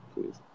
Please